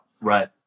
Right